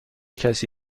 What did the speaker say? کسی